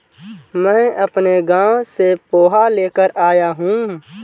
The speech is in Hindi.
मैं अपने गांव से पोहा लेकर आया हूं